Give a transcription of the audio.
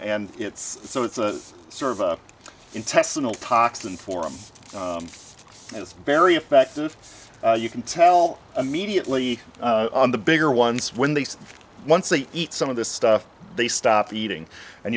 and it's so it's a sort of a intestinal toxin form and it's very effective you can tell immediately on the bigger ones when they see once they eat some of this stuff they stop eating and